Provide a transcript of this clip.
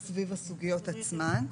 שנעיר סביב הסוגיות עצמן.